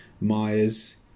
Myers